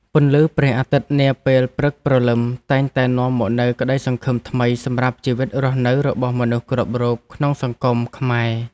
ពន្លឺព្រះអាទិត្យនាពេលព្រឹកព្រលឹមតែងតែនាំមកនូវក្តីសង្ឃឹមថ្មីសម្រាប់ជីវិតរស់នៅរបស់មនុស្សគ្រប់រូបក្នុងសង្គមខ្មែរ។